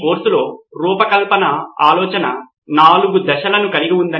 కాబట్టి రూపకల్పన ఆలోచనలో రెండు దశలు ఉన్నాయి